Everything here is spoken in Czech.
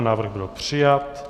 Návrh byl přijat.